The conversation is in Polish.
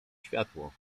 światło